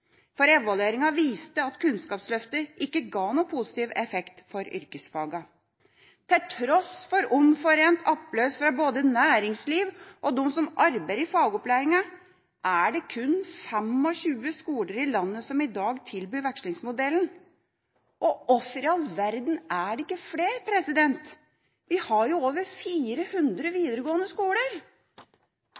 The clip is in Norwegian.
utprøving». Evalueringa viste at Kunnskapsløftet ikke ga noen positiv effekt for yrkesfagene. Til tross for omforent applaus fra både næringsliv og dem som arbeider i fagopplæringa, er det kun 25 skoler i landet som i dag tilbyr vekslingsmodellen. Hvorfor i all verden er det ikke flere? Vi har over 400 videregående skoler.